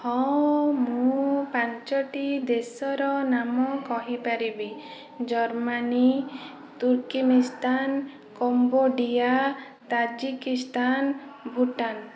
ହଁ ମୁଁ ପାଞ୍ଚଟି ଦେଶର ନାମ କହିପାରିବି Germany Turkmenistan Cambodia Tajikistan Bhutan